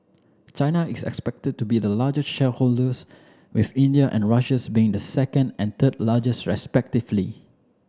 china is expected to be the largest shareholders with India and Russia's being the second and third largest respectively